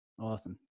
Awesome